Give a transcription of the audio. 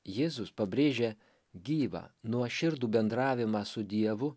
jėzus pabrėžia gyvą nuoširdų bendravimą su dievu